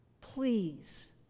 Please